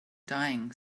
dying